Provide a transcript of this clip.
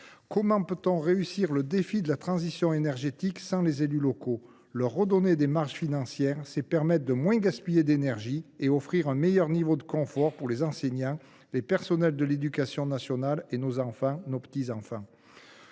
Comment peut on réussir le défi de la transition énergétique sans les élus locaux ? Leur redonner des marges financières, c’est permettre de moins gaspiller d’énergie et offrir un meilleur niveau de confort pour les enseignants, le personnel de l’éducation nationale et nos enfants ou nos petits enfants.